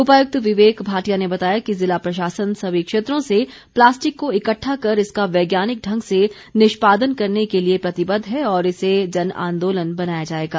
उपायुक्त विवेक भाटिया ने बताया कि ज़िला प्रशासन सभी क्षेत्रों से प्लास्टिक को इकट्ठा कर इसका वैज्ञानिक ढंग से निष्पादन करने के लिए प्रतिबद्ध है और इसे जन आंदोलन बनाया जाएगा